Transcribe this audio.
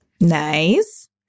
Nice